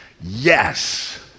yes